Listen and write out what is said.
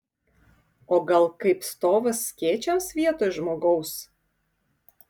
o gal kaip stovas skėčiams vietoj žmogaus